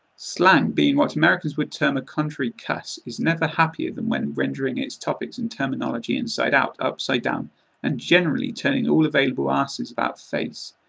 slang, being what americans would term a contrary cuss, is never happier than when rendering its topics and terminology inside-out, upside down and generally turning all available arses about-face.